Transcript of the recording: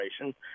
operation